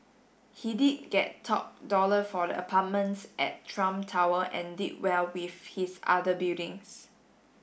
he did get top dollar for the apartments at Trump Tower and did well with his other buildings